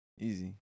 Easy